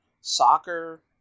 soccer